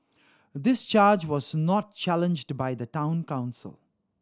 this charge was not challenged by the Town Council